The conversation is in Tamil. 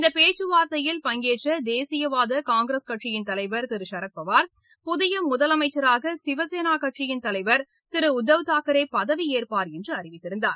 இந்த பேச்சுவார்த்தையில் பங்கேற்ற தேசியவாத காங்கிரஸ் கட்சியின் தலைவர் திரு சரத்பவார் புதிய முதலனமச்சராக சிவசேனா கட்சியின் தலைவர் திரு உத்தவ் தாக்கரே பதவியேற்பார் என்று அறிவித்திருந்தார்